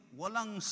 walang